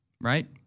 Right